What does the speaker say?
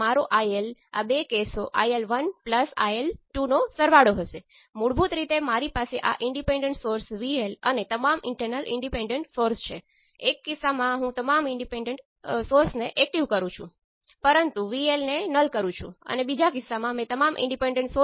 કારણ કે તમારી પાસે 4 પેરામિટર છે અને I1 અને I2 ના 4 પોસિબલ કોમ્બિનેશન લઈને તમને 4 ઇક્વેશન મળશે તમે I1 અને I2 ના 4 પોસિબલ કોમ્બિનેશન લો